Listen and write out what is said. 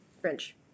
French